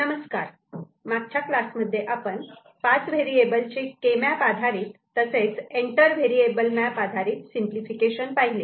नमस्कार मागच्या क्लासमध्ये आपण 5 व्हेरिएबल चे के मॅप आधारित तसेच एंटर व्हेरिएबल मॅप आधारित सिंपलिफिकेशन पाहिले